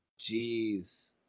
Jeez